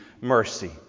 mercy